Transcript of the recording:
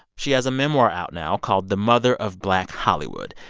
she has a memoir out now called the mother of black hollywood.